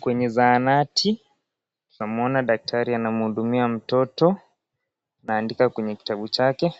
Kwenye zahanati, tunamuona daktari anamhudumia mtoto anaandika kwenye kitabu chake,